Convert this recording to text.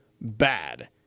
bad